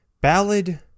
Ballad